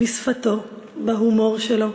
בשפתו, בהומור שלו,